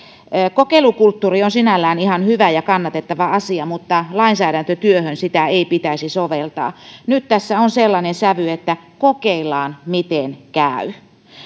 kokeilukulttuuri on sinällään ihan hyvä ja kannatettava asia mutta lainsäädäntötyöhön sitä ei pitäisi soveltaa nyt tässä on sellainen sävy että kokeillaan miten käy